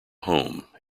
home